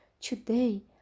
Today